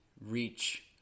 reach